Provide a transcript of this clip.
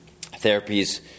therapies